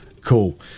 Cool